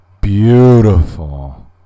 beautiful